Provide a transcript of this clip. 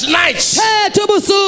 nights